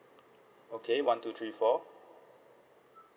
okay one two three four